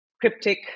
cryptic